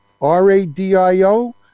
R-A-D-I-O